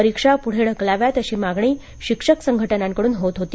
परीक्षा प्ढे ढकलाव्यात अशी मागणी शिक्षक संघटनांकडून होत होती